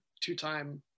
two-time